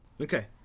okay